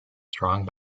strong